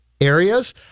areas